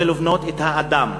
זה לבנות את האדם.